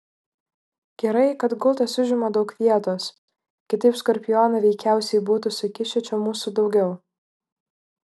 gerai kad gultas užima daug vietos kitaip skorpionai veikiausiai būtų sukišę čia mūsų daugiau